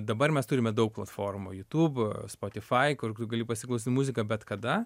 dabar mes turime daug platformų jutub spotifai kur gali pasiklausyt muziką bet kada